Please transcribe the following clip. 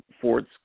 Ford's